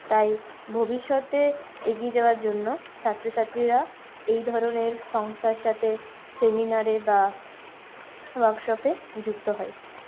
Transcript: তাই ভবিষ্যতে এগিয়ে যাওয়ার জন্য ছাত্রছাত্রীরা এই ধরনের সংস্থার সাথে সেমিনারে বা ওয়ার্কশপে যুক্ত হয়